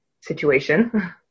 situation